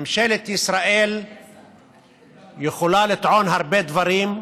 ממשלת ישראל יכולה לטעון הרבה דברים,